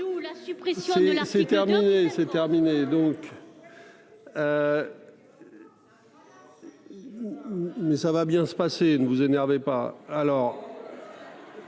C'est terminé donc. Mais ça va bien se passer, ne vous énervez pas alors.